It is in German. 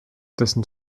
dessen